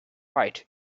right